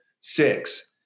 six